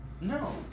No